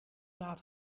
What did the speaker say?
laat